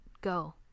Go